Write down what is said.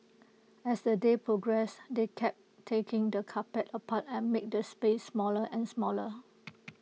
as the day progressed they kept taking the carpet apart and making the space smaller and smaller